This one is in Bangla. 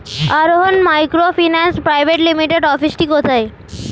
আরোহন মাইক্রোফিন্যান্স প্রাইভেট লিমিটেডের অফিসটি কোথায়?